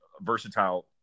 versatile